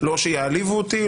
לא שיעליבו אותי,